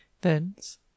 thence